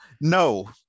no